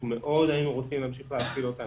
אנחנו מאוד היינו רוצים להמשיך להפעיל אותה,